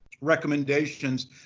recommendations